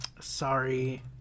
Sorry